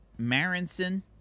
Marinson